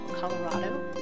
Colorado